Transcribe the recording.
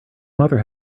mother